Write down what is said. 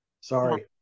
Sorry